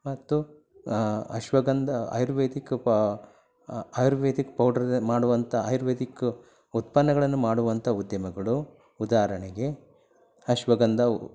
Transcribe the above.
ಮತ್ತು ಅಶ್ವಗಂಧ ಆಯುರ್ವೇದಿಕ್ ಪಾ ಆಯುರ್ವೇದಿಕ್ ಪೌಡ್ರ್ ಮಾಡುವಂಥ ಆಯುರ್ವೇದಿಕ್ ಉತ್ಪನ್ನಗಳನ್ನು ಮಾಡುವಂಥ ಉದ್ದಿಮೆಗಳು ಉದಾಹರಣೆಗೆ ಅಶ್ವಗಂಧ